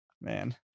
man